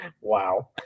wow